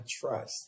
trust